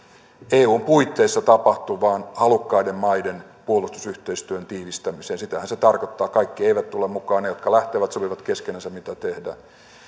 eun puitteissa tapahtuvaan halukkaiden maiden puolustusyhteistyön tiivistämiseen sitähän se tarkoittaa kaikki eivät tule mukaan ja ne jotka lähtevät sopivat keskenänsä mitä